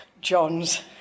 John's